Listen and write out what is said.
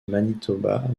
manitoba